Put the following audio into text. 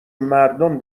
مردم